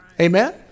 Amen